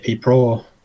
Pro